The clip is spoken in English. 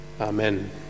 Amen